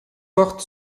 portent